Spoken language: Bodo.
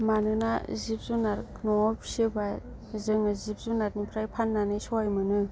मानोना जिब जुनार न'आव फियोबा जोङो जिब जुनार निफ्राय फाननानै सहाय मोनो